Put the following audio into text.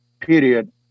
period